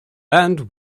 and